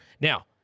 Now